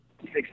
six